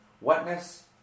wetness